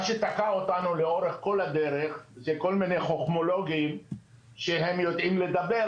מה שתקע אותנו לאורך כל הדרך הוא כל מיני חכמולוגים שהם יודעים לדבר,